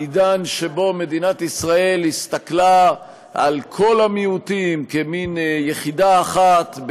העידן שבו מדינת ישראל הסתכלה על כל המיעוטים כעל מין יחידה אחת,